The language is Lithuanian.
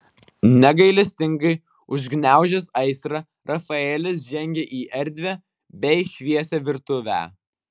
negailestingai užgniaužęs aistrą rafaelis žengė į erdvią bei šviesią virtuvę